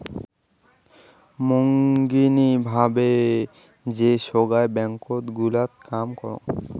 মাঙনি ভাবে যে সোগায় ব্যাঙ্কত গুলা কাম করাং